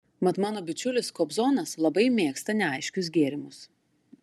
mat mano bičiulis kobzonas labai mėgsta neaiškius gėrimus